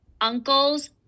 uncles